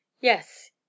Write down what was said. Yes